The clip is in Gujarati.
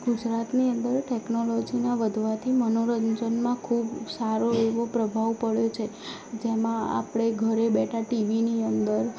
ગુજરાતની અંદર ટેકનોલોજીના વધવાથી મનોરંજનમાં ખૂબ સારો એવો પ્રભાવ પડ્યો છે જેમાં આપણે ઘરે બેઠાં ટીવીની અંદર